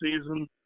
season